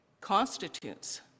constitutes